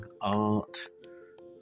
art